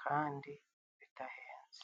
kandi bidahenze.